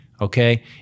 Okay